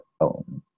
own